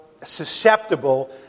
susceptible